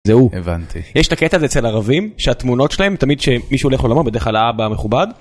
זהו הבנתי יש את הקטע הזה אצל ערבים שהתמונות שלהם תמיד שמישהו לעולמו בדרך כלל האבא המכובד.